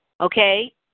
okay